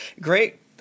great